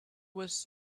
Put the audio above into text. was